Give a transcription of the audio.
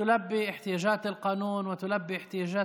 שעונים על הצרכים שבחוק,